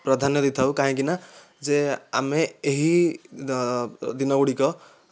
ପ୍ରାଧାନ୍ୟ ଦେଇଥାଉ କାହିଁକିନା ଯେ ଆମେ ଏହି ଦିନଗୁଡ଼ିକ